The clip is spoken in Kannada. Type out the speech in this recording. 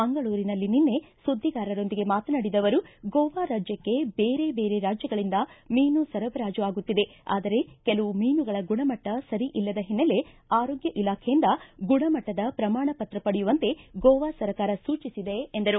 ಮಂಗಳೂರಿನಲ್ಲಿ ನಿನ್ನೆ ಸುದ್ದಿಗಾರರೊಂದಿಗೆ ಮಾತನಾಡಿದ ಅವರು ಗೋವಾ ರಾಜ್ಯಕ್ಷೆ ಬೇರೆ ಬೇರೆ ರಾಜ್ಯಗಳಿಂದ ಮೀನು ಸರಬರಾಜು ಆಗುತ್ತಿದೆ ಆದರೆ ಕೆಲವು ಮೀನುಗಳ ಗುಣಮಟ್ಟ ಸರಿ ಇಲ್ಲದ ಹಿನ್ನೆಲೆ ಆರೋಗ್ಯ ಇಲಾಖೆಯಿಂದ ಗುಣಮಟ್ಟದ ಪ್ರಮಾಣ ಪತ್ರ ಪಡೆಯುವಂತೆ ಗೋವಾ ಸರ್ಕಾರ ಸೂಚಿಸಿದೆ ಎಂದರು